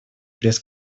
пресс